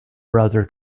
browser